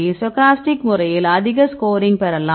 stochastic முறையில் அதிக scoring பெறலாம்